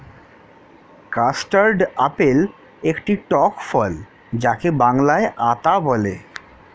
custard apple একটি টক ফল যাকে বাংলায় আতা বলে